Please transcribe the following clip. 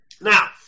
Now